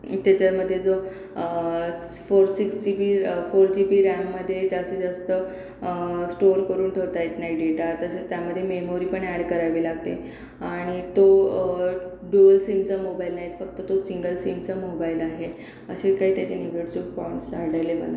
त्याच्यामधे जो four six GB four GB रॅममधे जास्तीजास्त स्टोअर करून ठेवता येत नाही डेटा तसेच त्यामध्ये मेमोरी पण ॲ ड करावी लागते आणि तो डुअल सिमचा मोबाईल नाही येत तो फक्त सिंगल सिमचा मोबाईल आहे असे काही त्याचे निगेटिव्ह पॉइंट्स आढळले मला